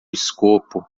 escopo